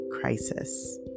crisis